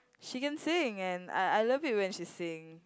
she can sing and I I love it when she sing